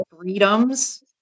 freedoms